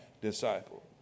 disciple